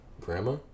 Grandma